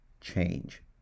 change